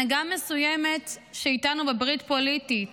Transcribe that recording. הנהגה מסוימת שאיתנו בברית פוליטית